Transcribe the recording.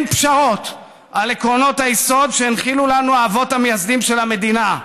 אין פשרות על עקרונות היסוד שהנחילו לנו האבות המייסדים של המדינה.